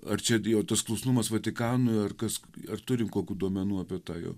ar čia jo tas klusnumas vatikanui ar kas ar turim kokių duomenų apie tą